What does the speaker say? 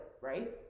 right